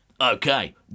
okay